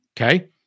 Okay